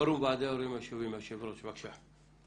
פורום ועדי ההורים היישוביים, היושב-ראש, בבקשה.